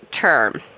term